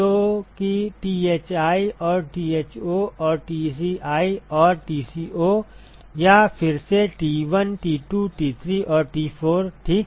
तो कि Thi और Tho और Tci और Tco या फिर से T 1 T 2 T 3 और T 4 ठीक है